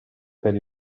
per